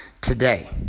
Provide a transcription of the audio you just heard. today